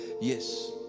Yes